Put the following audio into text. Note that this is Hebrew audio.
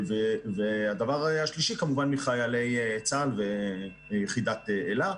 שלוש, כמובן מחיילי צה"ל ויחידת "אלה".